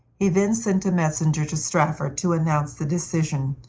he then sent a messenger to strafford to announce the decision,